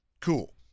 Cool